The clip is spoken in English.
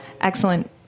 excellent